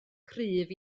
cryf